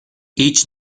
idź